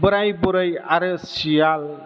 बोराय बुरै आरो सियाल